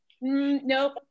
Nope